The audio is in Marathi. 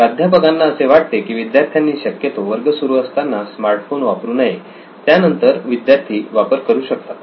प्राध्यापकांना असे वाटते की विद्यार्थ्यांनी शक्यतो वर्ग सुरू असताना स्मार्टफोन वापरू नये त्यानंतर विद्यार्थी वापरू शकतात